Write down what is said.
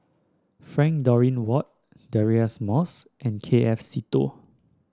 Frank Dorrington Ward Deirdre Moss and K F Seetoh